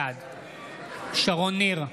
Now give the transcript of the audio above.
בעד שרון ניר,